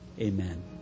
Amen